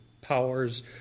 powers